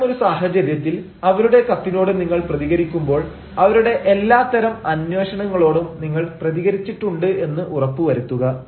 ഇത്തരമൊരു സാഹചര്യത്തിൽ അവരുടെ കത്തിനോട് നിങ്ങൾ പ്രതികരിക്കുമ്പോൾ അവരുടെ എല്ലാത്തരം അന്വേഷണങ്ങളോടും നിങ്ങൾ പ്രതികരിച്ചിട്ടുണ്ട് എന്ന് ഉറപ്പു വരുത്തുക